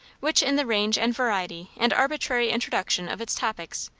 which in the range and variety and arbitrary introduction of its topics,